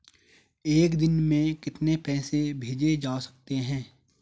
एक दिन में कितने पैसे भेजे जा सकते हैं?